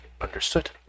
Understood